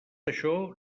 això